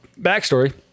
backstory